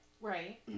Right